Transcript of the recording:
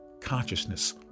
consciousness